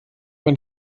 man